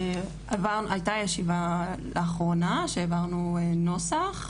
הייתה ישיבה לאחרונה שהעברנו נוסח.